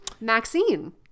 Maxine